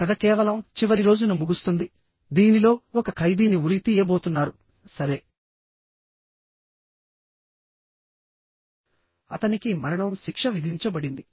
కథ కేవలం చివరి రోజున ముగుస్తుందిదీనిలో ఒక ఖైదీని ఉరితీయబోతున్నారు సరే అతనికి మరణం శిక్ష విధించబడింది